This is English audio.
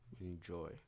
Enjoy